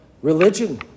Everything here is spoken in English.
Religion